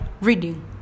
reading